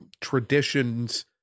traditions